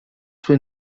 suo